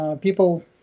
People